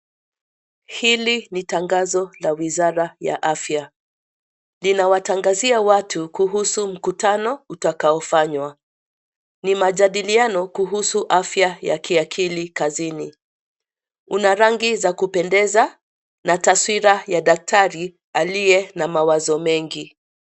Hili ni tangazo la wizara ya afya, linawatangazia watu kuhusu mkutano utakao fanywa. Ni majadilianao kuhusu afya ya kiakili kazini. Una rangi za kupendeza na twasira ya daktari aliye na mawazo mengi.